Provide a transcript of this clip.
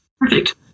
Perfect